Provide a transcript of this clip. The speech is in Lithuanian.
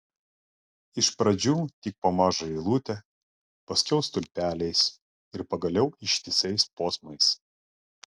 iš pradžių tik po mažą eilutę paskiau stulpeliais ir pagaliau ištisais posmais